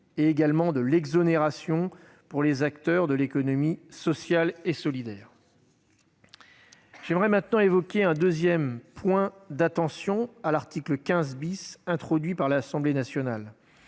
ainsi que de l'exonération des acteurs de l'économie sociale et solidaire. J'aimerais maintenant évoquer un deuxième point d'attention à l'article 15 , introduit par l'Assemblée nationale.